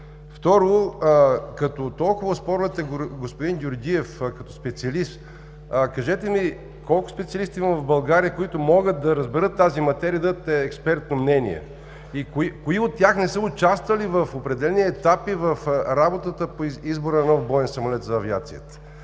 Второ, като толкова оспорвате господин Георгиев като специалист, кажете ми колко специалисти има в България, които могат да разберат тази материя и да дадат експертно мнение? И кои от тях не са участвали в определени етапи в работата по избора на нов боен самолет за авиацията?